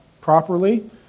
properly